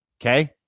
Okay